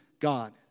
God